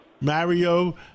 Mario